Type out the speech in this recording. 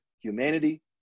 humanity